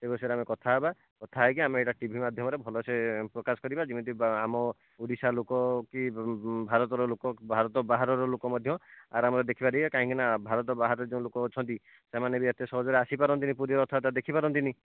ଏ ବିଷୟରେ ଆମେ କଥା ହେବା କଥା ହେଇକି ଆମେ ଏଇଟା ଟି ଭି ମାଧ୍ୟମରେ ଭଲ ସେ ପ୍ରକାଶ କରିବା ଯେମିତି ବା ଆମ ଓଡ଼ିଶା ଲୋକ କି ଭାରତର ଲୋକ ଭାରତ ବାହାରର ଲୋକ ମଧ୍ୟ ଆରାମରେ ଦେଖିପାରିବେ କାହିଁକି ନା ଭାରତ ବାହାରେ ଯେଉଁ ଲୋକ ଅଛନ୍ତି ସେମାନେ ବି ଏତେ ସହଜରେ ଆସିପାରନ୍ତିନି ପୁରୀର ରଥଯାତ୍ରା ଦେଖିପାରନ୍ତିନି